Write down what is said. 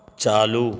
چالو